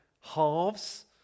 halves